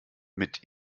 mit